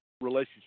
relationship